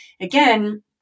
again